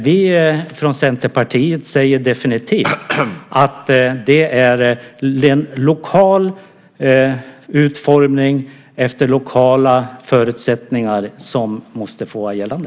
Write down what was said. Vi från Centerpartiet säger definitivt att det är lokal utformning efter lokala förutsättningar som måste vara gällande.